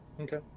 Okay